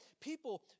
people